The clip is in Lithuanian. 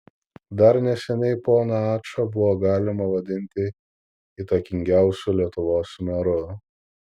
dar neseniai poną ačą buvo galima vadinti įtakingiausiu lietuvos meru